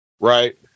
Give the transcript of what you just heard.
Right